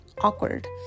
awkward